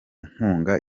nkunga